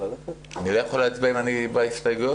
אני לא יכול להצביע בעד אם הגשתי הסתייגויות?